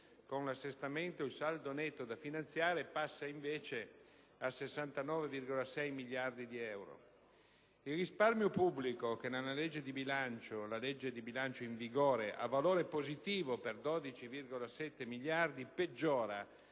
con l'assestamento, il saldo netto da finanziare passa invece a 69,6 miliardi di euro. Il risparmio pubblico, che nella legge di bilancio in vigore ha valore positivo per 12,7 miliardi, peggiora